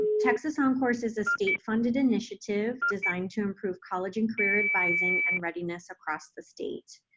texas oncourse is a state-funded initiative designed to improve college and career advising and readiness across the state.